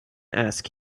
ask